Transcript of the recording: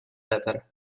letter